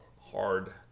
hard